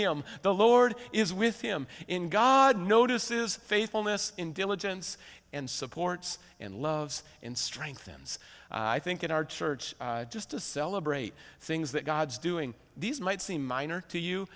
him the lord is with him in god notice is faithfulness in diligence and supports and loves and strengthens i think in our church just to celebrate things that god's doing these might seem minor to you